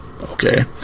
Okay